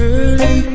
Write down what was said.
Early